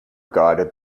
guided